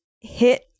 hit